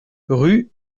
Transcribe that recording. rue